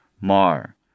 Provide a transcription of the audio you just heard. Mar